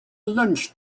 lunch